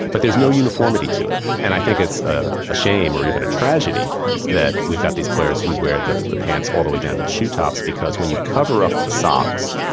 but there is no uniformity to it, and i think it's ah a shame or even a tragedy that we've got these players who wear the the pants all the way down to the shoe tops. because, when you cover up the socks,